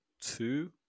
Two